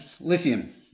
lithium